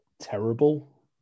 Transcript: terrible